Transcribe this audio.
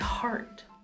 Heart